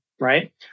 right